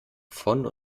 von